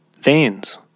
veins